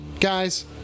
guys